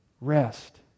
rest